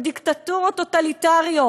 בדיקטטורות טוטליטריות,